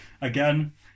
again